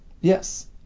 Yes